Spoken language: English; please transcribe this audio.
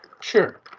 Sure